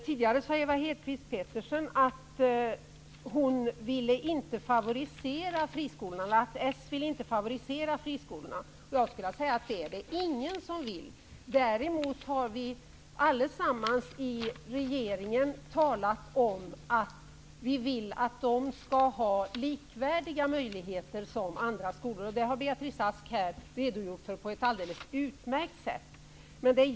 Tidigare sade Ewa Hedkvist Petersen att hon och Socialdemokraterna inte ville favorisera friskolorna. Det vill ingen. Däremot har alla i regeringen sagt att de vill att dessa skolor skall ha likvärdiga möjligheter som andra skolor. Det har Beatrice Ask redogjort för på ett alldeles utmärkt sätt.